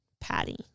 Patty